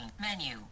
menu